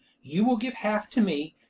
you will give half to me,